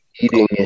eating